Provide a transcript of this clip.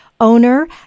owner